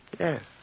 Yes